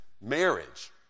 marriage